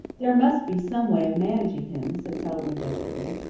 there must be some way of managing him, said salome desperately.